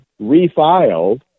refiled